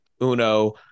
uno